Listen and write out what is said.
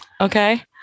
Okay